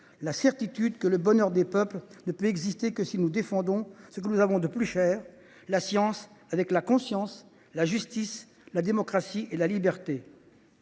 la certitude que le bonheur des peuples ne peut exister que si nous défendons ce que nous avons de plus cher : la science avec la conscience, la justice, la démocratie et la liberté.